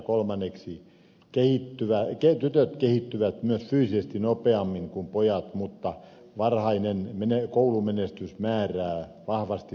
kolmanneksi tytöt kehittyvät myös fyysisesti nopeammin kuin pojat mutta varhainen koulumenestys määrää vahvasti tulevaisuuden opiskelumahdollisuudet